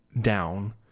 down